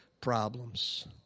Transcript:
problems